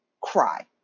cry